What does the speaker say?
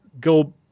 go